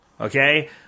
Okay